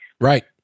right